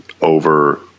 over